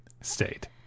state